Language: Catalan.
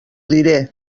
diré